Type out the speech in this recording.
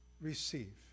Receive